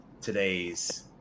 today's